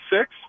six